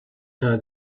her